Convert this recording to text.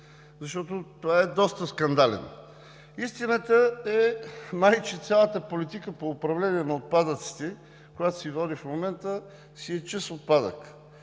защото той е доста скандален. Истината е: май че цялата политика по управление на отпадъците, която се води в момента, си е чист отпадък.